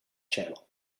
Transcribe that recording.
channel